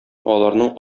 аларның